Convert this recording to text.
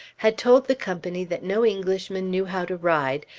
had told the company that no englishman knew how to ride,